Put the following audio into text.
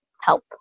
help